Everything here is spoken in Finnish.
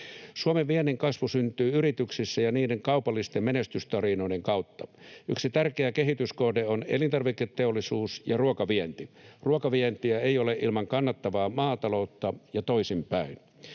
Suomen viennin kasvu syntyy yrityksissä ja niiden kaupallisten menestystarinoiden kautta. Yksi tärkeä kehityskohde on elintarviketeollisuus ja ruokavienti. Ruokavientiä ei ole ilman kannattavaa maataloutta ja toisinpäin.